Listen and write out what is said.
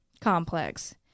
complex